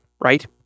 right